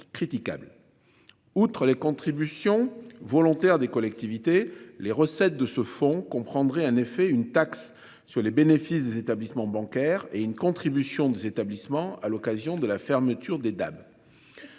Outre les contributions volontaires des collectivités, les recettes de ce fonds qu'on prendrait un effet, une taxe sur les bénéfices des établissements bancaires et une contribution des établissements à l'occasion de la fermeture des DAB.